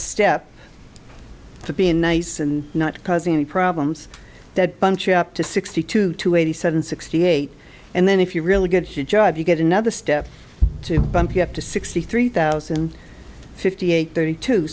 step to being nice and not causing any problems that bunch up to sixty two to eighty seven sixty eight and then if you really get the job you get another step to bump you up to sixty three thousand and fifty eight thirty two